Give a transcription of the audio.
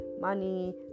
money